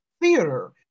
theater